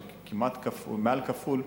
כמעט כפול,